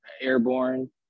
Airborne